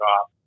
off